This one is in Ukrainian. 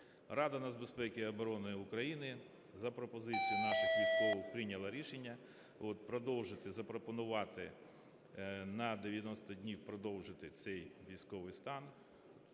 Рада нацбезпеки і оборони України за пропозицією наших військових прийняла рішення продовжити, запропонувати на 90 днів продовжити цей військовий стан.